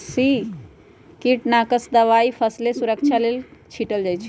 कीटनाशक दवाई फसलके सुरक्षा लेल छीटल जाइ छै